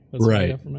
Right